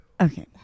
Okay